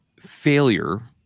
failure